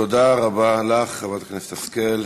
תודה רבה לך, חברת הכנסת השכל.